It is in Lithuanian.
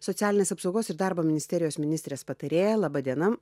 socialinės apsaugos ir darbo ministerijos ministrės patarėja laba diena